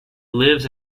lives